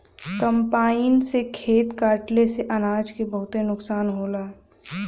combine से खेत कटले से अनाज के बहुते नुकसान होला